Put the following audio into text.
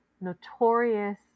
notorious